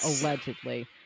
Allegedly